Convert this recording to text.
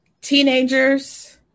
teenagers